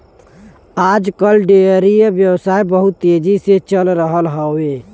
आज कल डेयरी व्यवसाय बहुत तेजी से चल रहल हौवे